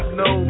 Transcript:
no